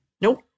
nope